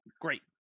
Great